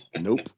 Nope